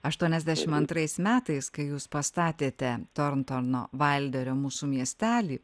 aštuoniasdešim antrais metais kai jūs pastatėte torntono vailderio mūsų miestelį